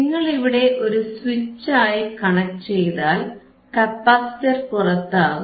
നിങ്ങളിവിടെ ഒരു സ്വിച്ച് ആയി കണക്ട് ചെയ്താൽ കപ്പാസിറ്റർ പുറത്താകും